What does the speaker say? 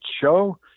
show